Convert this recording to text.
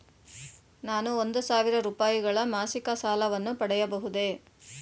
ನಾನು ಒಂದು ಸಾವಿರ ರೂಪಾಯಿಗಳ ಮಾಸಿಕ ಸಾಲವನ್ನು ಪಡೆಯಬಹುದೇ?